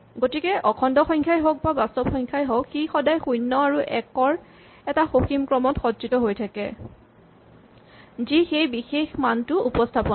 গতিকে অখণ্ড সংখ্যাই হওঁক বা বাস্তৱ সংখ্যাই হওঁক সি সদায় শূণ্য আৰু একৰ এটা সসীম ক্ৰমত সজ্জিত হৈ থাকে যি সেই বিশেষ মানটো উপস্হাপন কৰে